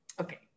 okay